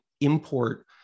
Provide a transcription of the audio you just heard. import